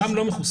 גם לא מחוסנים.